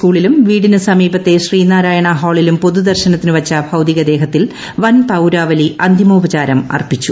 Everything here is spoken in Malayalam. സ്കൂളിലും വീടിന് സമീപത്തെ ശ്രീനാരായണ ഹാളിലും പൊതുദർശനത്തിന് വച്ച ഭൌതികദേഹത്തിൽ വൻപൌരാവലി അന്തിമോപചാരം അർപ്പിച്ചു